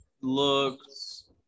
looks –